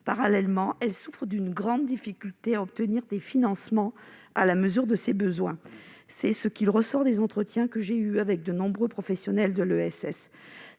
Parallèlement, elle souffre d'une grande difficulté à obtenir des financements à la mesure de ses besoins. C'est ce qui ressort des entretiens que j'ai eus avec de nombreux professionnels de l'ESS.